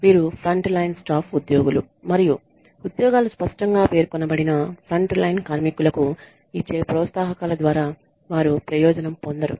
వీరు frontline staff ఉద్యోగులు మరియు ఉద్యోగాలు స్పష్టంగా పేర్కొనబడిన ఫ్రంట్లైన్ కార్మికులకు ఇచ్చే ప్రోత్సాహకాల ద్వారా వారు ప్రయోజనం పొందరు